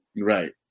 right